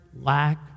lack